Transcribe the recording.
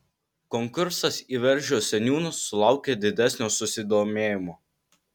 konkursas į velžio seniūnus sulaukė didesnio susidomėjimo